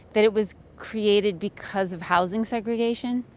that it was created because of housing segregation?